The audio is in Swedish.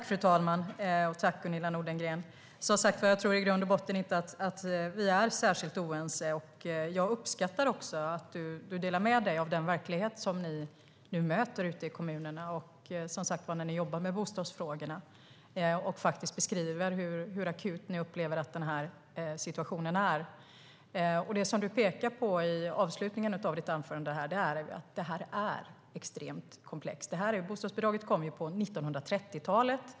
Fru talman! Tack, Gunilla Nordgren! Jag tror som sagt att vi i grund och botten inte är särskilt oense. Jag uppskattar att du delar med dig av den verklighet som ni nu möter ute i kommunerna när ni jobbar med bostadsfrågorna och att du beskriver hur akut ni upplever att situationen är. Det du pekar på i avslutningen av ditt inlägg är att detta är extremt komplext. Bostadsbidraget kom på 1930-talet.